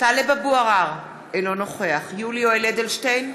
טלב אבו עראר, אינו נוכח יולי יואל אדלשטיין,